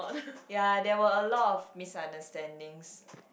ya there were a lot of misunderstandings